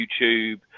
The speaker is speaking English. YouTube